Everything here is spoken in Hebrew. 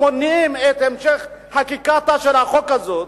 או כאשר אתם מונעים את המשך חקיקתו של החוק הזה,